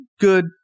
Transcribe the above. Good